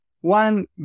One